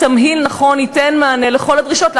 שתמהיל נכון ייתן מענה לכל הדרישות.